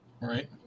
Right